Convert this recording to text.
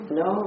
no